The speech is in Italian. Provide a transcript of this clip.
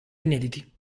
inediti